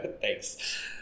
Thanks